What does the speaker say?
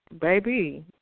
baby